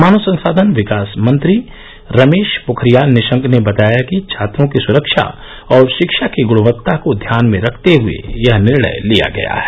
मानव संसाधन विकास मंत्री रमेश पोखरियाल निशंक ने बताया कि छात्रों की सुरक्षा और शिक्षा की गृणवत्ता को ध्यान में रखते हुए यह निर्णय लिया गया है